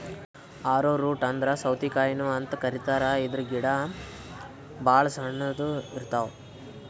ಆರೊ root ಅಂದ್ರ ಸೌತಿಕಾಯಿನು ಅಂತ್ ಕರಿತಾರ್ ಇದ್ರ್ ಗಿಡ ಭಾಳ್ ಸಣ್ಣು ಇರ್ತವ್